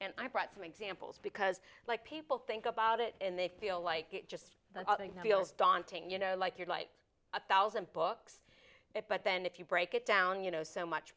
and i brought some examples because like people think about it and they feel like it just feels daunting you know like you're like a thousand books it but then if you break it down you know so much